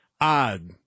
odd